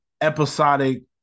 episodic